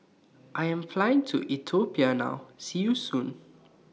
I Am Flying to Ethiopia now See YOU Soon